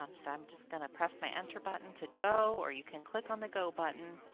um so i'm just going to press my enter button to go or you can click on the go button.